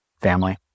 Family